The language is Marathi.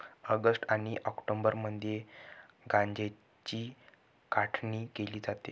ऑगस्ट आणि ऑक्टोबरमध्ये गांज्याची काढणी केली जाते